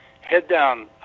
Head-down